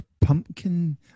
pumpkin